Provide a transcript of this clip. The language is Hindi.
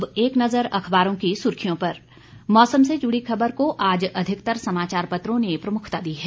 अब एक नजर अखबारों की सुर्खियों पर मौसम से जुड़ी खबर को आज अधिकतर समाचार पत्रों ने प्रमुखता दी है